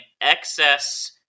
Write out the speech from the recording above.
excess